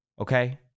Okay